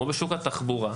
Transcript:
כמו בשוק התחבורה,